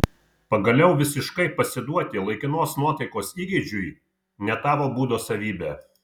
pagaliau visiškai pasiduoti laikinos nuotaikos įgeidžiui ne tavo būdo savybė